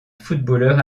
footballeur